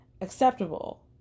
acceptable